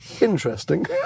Interesting